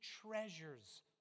treasures